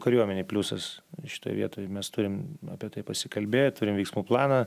kariuomenėj pliusas šitoj vietoj mes turim apie tai pasikalbėję turim veiksmų planą